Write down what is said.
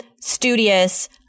studious